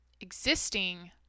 Existing